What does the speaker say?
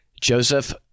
Joseph